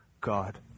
God